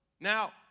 Now